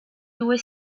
due